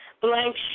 blank